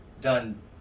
done